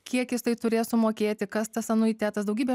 kiek jisai turės sumokėti kas tas anuitetas daugybė